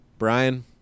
Brian